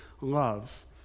loves